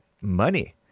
money